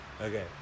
Okay